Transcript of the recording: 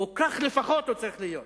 או כך לפחות הוא צריך להיות.